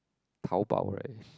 Taobao right